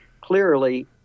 clearly